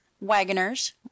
wagoners